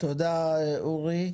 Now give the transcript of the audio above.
תודה אורי.